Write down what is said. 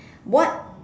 what